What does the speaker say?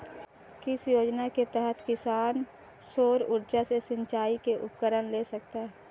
किस योजना के तहत किसान सौर ऊर्जा से सिंचाई के उपकरण ले सकता है?